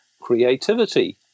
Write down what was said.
creativity